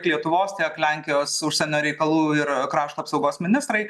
lietuvos tiek lenkijos užsienio reikalų ir krašto apsaugos ministrai